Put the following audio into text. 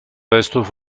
restos